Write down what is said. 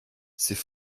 c’est